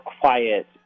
quiet